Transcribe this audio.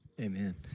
Amen